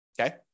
Okay